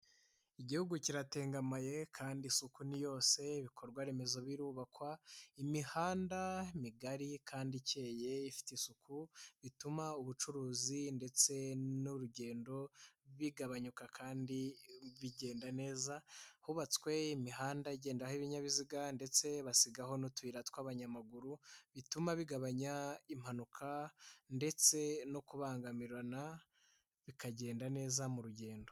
Igihugu kiratengamaye kandi isuku ni yose, ibikorwa remezo birubakwa, imihanda migari kandi ikeye ifite isuku, Bituma ubucuruzi ndetse n'urugendo bigabanyuka, kandi bigenda neza, hubatswe imihanda igendaho ibinyabiziga ndetse basigaho n'utuyira tw'abanyamaguru, bituma bigabanya impanuka ndetse no kubangamirana, bikagenda neza mu rugendo.